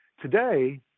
today